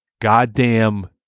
goddamn